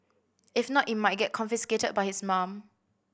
if not it might get confiscated by his mum